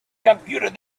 computed